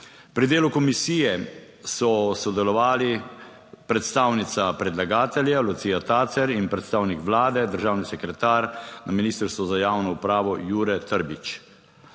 Pri delu komisije so sodelovali predstavnica predlagatelja Lucija Tacer in predstavnik Vlade, državni sekretar na Ministrstvu za javno upravo Jure Trbič.